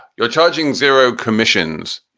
you're charging zero commissions.